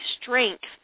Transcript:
strength